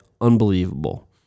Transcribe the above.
unbelievable